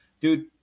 dude